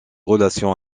relations